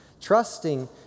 Trusting